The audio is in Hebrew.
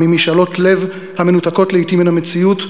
ממשאלות לב המנותקות לעתים מהמציאות,